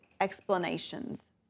explanations